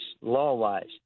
law-wise